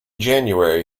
january